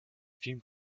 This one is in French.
film